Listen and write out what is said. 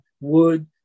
wood